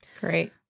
Great